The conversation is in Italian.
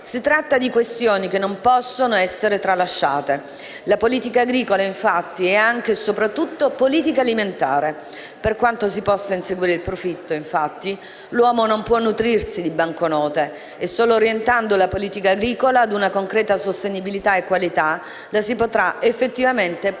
Si tratta di questioni che non possono essere tralasciate. La politica agricola, infatti, è anche e soprattutto politica alimentare. Per quanto si possa inseguire il profitto, l'uomo non può nutrirsi di banconote e solo orientando la politica agricola a una concreta sostenibilità e qualità la si potrà effettivamente proteggere